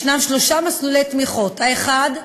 יש שלושה מסלולי תמיכות: האחד,